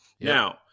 Now